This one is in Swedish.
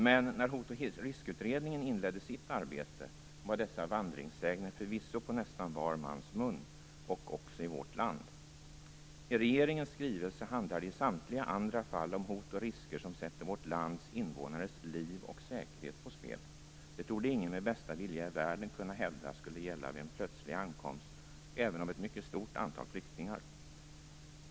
Men när Hotoch riskutredningen inledde sitt arbete var dessa vandringssägner förvisso på nästan var mans läppar, också i vårt land. I regeringens skrivelse handlar det i samtliga andra fall om hot och risker som sätter vårt lands invånares liv och säkerhet på spel. Det torde ingen med bästa vilja i världen kunna hävda skulle gälla vid en plötslig ankomst även av ett mycket stort antal flyktingar.